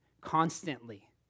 constantly